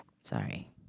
Sorry